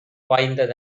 வாய்ந்த